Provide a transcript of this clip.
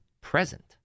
present